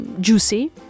juicy